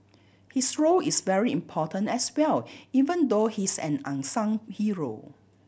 his role is very important as well even though he's an unsung hero